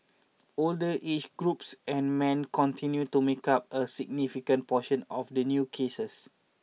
older aged groups and men continued to make up a significant proportion of the new cases